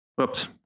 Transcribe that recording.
oops